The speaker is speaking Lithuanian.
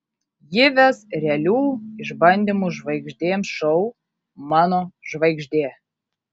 ji ves realių išbandymų žvaigždėms šou mano žvaigždė